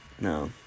No